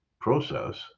process